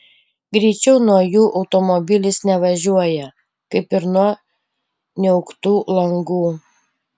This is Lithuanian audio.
greičiau nuo jų automobilis nevažiuoja kaip ir nuo niauktų langų